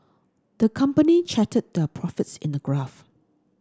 the company charted their profits in a graph